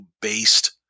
based